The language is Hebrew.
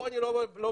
פה אני לא בא בטענות.